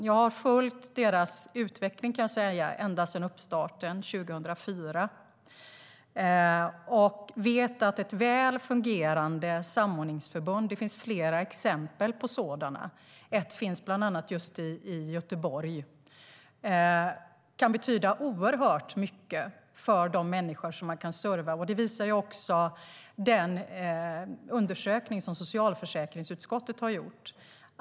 Jag har följt deras utveckling sedan uppstarten 2004 och vet att ett väl fungerande samordningsförbund - det finns flera exempel på sådana, bland annat ett i Göteborg - kan betyda oerhört mycket för de människor som man kan serva. Det visar också den undersökning som socialförsäkringsutskottet har gjort.